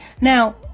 now